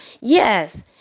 yes